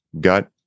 gut